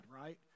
right